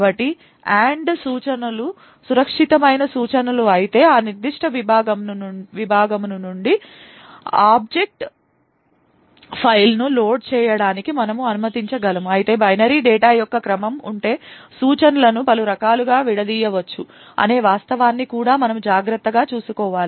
కాబట్టి AND సూచనలు సురక్షితమైన సూచనలు అయితే ఆ నిర్దిష్ట విభాగమును నుండి ఆబ్జెక్ట్ ఫైల్ను లోడ్ చేయడానికి మనము అనుమతించగలము అయితే బైనరీ డేటా యొక్క క్రమం ఉంటే సూచనలను పలు రకాలుగా విడదీయవచ్చు అనే వాస్తవాన్ని కూడా మనము జాగ్రత్తగా చూసుకోవాలి